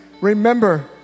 remember